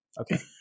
okay